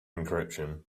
encryption